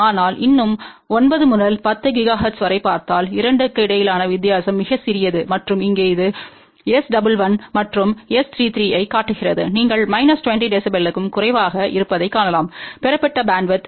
ஆனால் இன்னும் 9 முதல் 10 ஜிகாஹெர்ட்ஸ் வரை பார்த்தால் 2 க்கு இடையிலான வித்தியாசம் மிகச் சிறியது மற்றும் இங்கே இது S11மற்றும் S33 ஐக் காட்டுகிறதுநீங்கள் மைனஸ் 20 dBக்கும் குறைவாக இருப்பதைக் காணலாம் பெறப்பட்ட பேண்ட்வித் 8